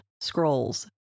scrolls